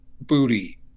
Booty